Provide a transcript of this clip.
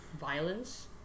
violence